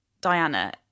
Diana